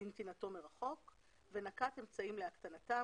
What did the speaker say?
בנתינתו מרחוק ונקט אמצעים להקטנתם